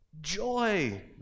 joy